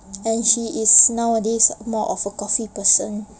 and she is nowadays more of a coffee person